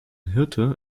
hirte